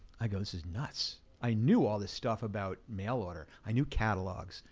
i go, this is nuts. i knew all this stuff about mail order. i knew catalogs,